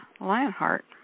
Lionheart